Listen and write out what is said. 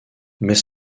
mais